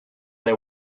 they